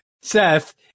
Seth